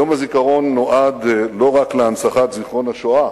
יום הזיכרון נועד לא רק להנצחת זיכרון השואה,